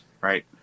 right